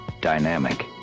dynamic